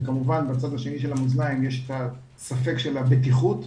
וכמובן בצד השני של המאזניים יש הספק של הבטיחות,